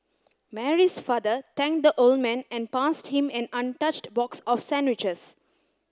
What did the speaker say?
Mary's father thanked the old man and passed him an untouched box of sandwiches